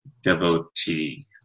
devotee